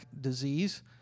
disease